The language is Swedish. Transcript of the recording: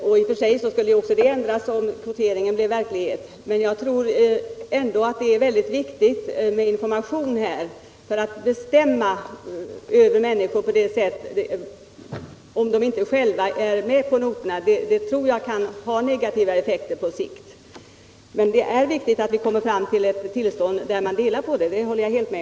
Detta förhållande skulle ju i och för sig påverkas om en kvotering kom till stånd, men jag tror ändå att det är informationen som är viktigast. Att genom kvotering bestämma över människor om de inte själva är med på noterna tror jag skulle få negativa effekter på sikt. Men jag håller helt med om att det är viktigt att vi kommer dithän att föräldrarna delar på föräldraledighetea.